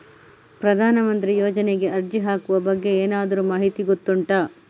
ಪ್ರಧಾನ ಮಂತ್ರಿ ಯೋಜನೆಗೆ ಅರ್ಜಿ ಹಾಕುವ ಬಗ್ಗೆ ಏನಾದರೂ ಮಾಹಿತಿ ಗೊತ್ತುಂಟ?